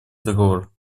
договор